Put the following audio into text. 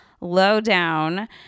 lowdown